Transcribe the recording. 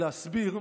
להסביר,